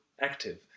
active